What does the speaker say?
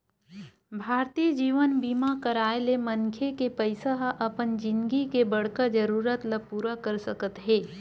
भारतीय जीवन बीमा कराय ले मनखे के पइसा ह अपन जिनगी के बड़का जरूरत ल पूरा कर सकत हे